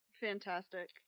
Fantastic